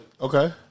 Okay